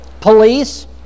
police